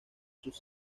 sus